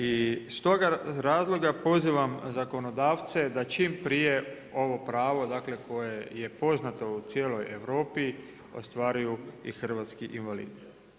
I stoga razloga pozivam zakonodavce, da čim prije ovo pravo koje je poznato u cijelo Europi ostvaruju i hrvatski invalidi.